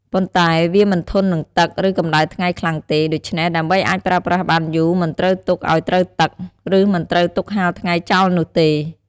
ប៉ុន្តែវាមិនធន់នឹងទឹក ឬកម្តៅថ្ងៃខ្លាំងទេ ដូច្នេះដើម្បីអាចប្រើប្រាស់បានយូរ មិនត្រូវទុកឲ្យត្រូវទឹក ឬមិនត្រូវទុកហាលថ្ងៃចោលនោះទេ។